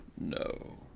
No